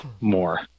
more